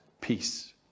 peace